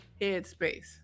headspace